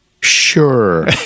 sure